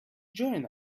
join